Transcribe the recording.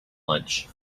lunch